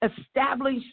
establish